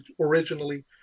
originally